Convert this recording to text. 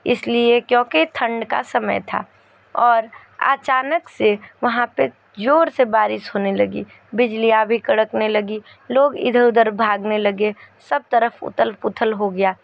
इसलिए क्योंकि ठंड का समय था और आचानक से वहाँ पे जोर से बारिश होने लगी बिजलियाँ भी कड़कने लगी लोग इधर उधर भागने लगे सब तरफ उतल पुथल हो गया